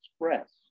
Express